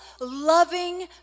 loving